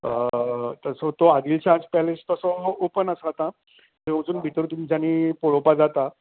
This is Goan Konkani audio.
तसो तो आदील शहाज पॅलस तसो ऑपन आसा आतां थंय वचून भितर तुमच्यानी पळोवपा जाता